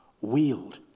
Wield